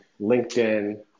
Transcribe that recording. LinkedIn